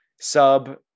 sub